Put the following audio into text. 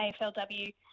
AFLW